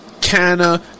Canna